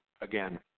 again